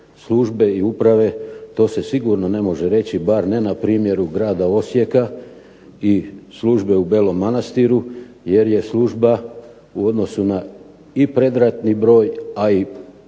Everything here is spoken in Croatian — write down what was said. službe i uprave to se sigurno ne može reći bar ne na primjeru grada Osijeka i službe u Belom Manastiru jer je služba u odnosu i na predratni broj, a i poslije